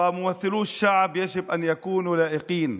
ומייצגי העם צריכים להתנהג בהתאמה,